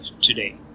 today